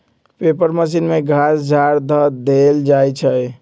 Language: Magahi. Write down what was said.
पेपर मशीन में घास झाड़ ध देल जाइ छइ